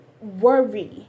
worry